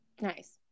Nice